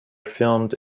filmed